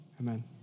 Amen